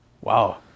Wow